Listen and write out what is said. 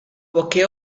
poche